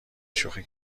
شوخی